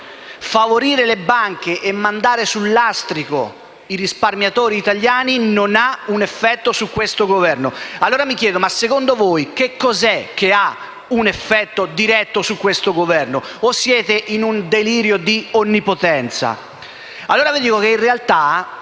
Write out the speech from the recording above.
favorire le banche e mandare sul lastrico i risparmiatori italiani non ha un effetto su questo Governo. Mi chiedo allora: secondo voi, cosa ha un effetto diretto su questo Governo? O siete in un delirio di onnipotenza? In realtà,